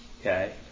Okay